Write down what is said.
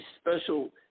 special